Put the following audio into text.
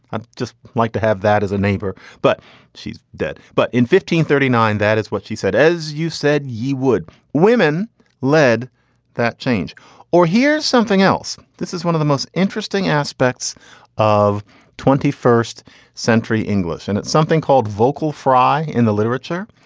i just like to have that as a neighbour. but she's dead. but in fifteen, thirty nine, that is what she said. as you said, you would women lead that change or hear something else? this is one of the most interesting aspects of twenty first century english, and it's something called vocal fry in the literature.